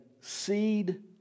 seed